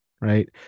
right